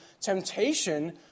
temptation